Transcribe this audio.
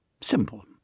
Simple